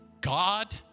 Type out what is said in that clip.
God